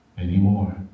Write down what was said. Anymore